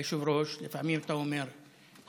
היושב-ראש, לפעמים אתה אומר היי,